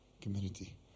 community